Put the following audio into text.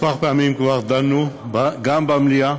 כמה פעמים כבר דנו, גם במליאה